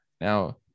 Now